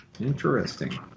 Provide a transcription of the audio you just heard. Interesting